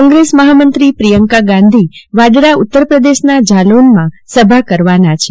કોંગ્રેસ મહામંત્રી પ્રિયંકા ગાંધી વાડરા ઉત્તરપ્રદેશના જાલૌનમાં સભા કરવાના છે